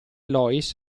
loïs